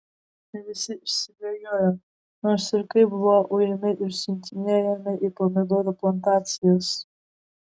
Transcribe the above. ne visi išsibėgiojo nors ir kaip buvo ujami ir siuntinėjami į pomidorų plantacijas